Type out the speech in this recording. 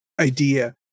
idea